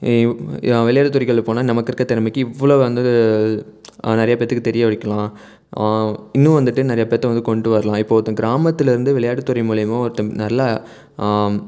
விளையாட்டு துறைகளில் போனால் நமக்கு இருக்க திறமைக்கு இவ்வளோ வந்து நிறையா பேருத்துக்கு தெரிய வைக்கலாம் இன்னும் வந்துட்டு நிறையாப் பேருத்த வந்து கொண்டு வரலாம் இப்போது ஒருத்தன் கிராமத்துலேருந்து விளையாட்டு துறை மூலிமா ஒருத்தன் நல்லா